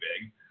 big